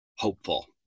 Hopeful